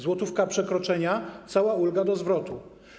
Złotówka przekroczenia, cała ulga do zwrotu.